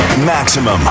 Maximum